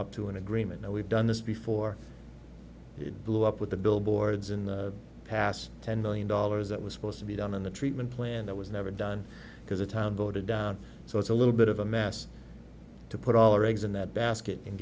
up to an agreement now we've done this before it blew up with the billboards in the past ten million dollars that was supposed to be done on the treatment plan that was never done because of time voted down so it's a little bit of a mess to put all our eggs in that basket and